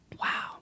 Wow